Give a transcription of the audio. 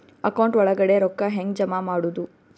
Account ಒಳಗಡೆ ರೊಕ್ಕ ಹೆಂಗ್ ಜಮಾ ಮಾಡುದು?